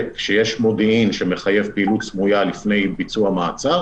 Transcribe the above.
כשיש מודיעין שמחייב פעילות סמויה לפני ביצוע מעצר,